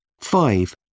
Five